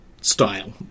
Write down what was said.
style